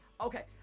okay